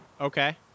Okay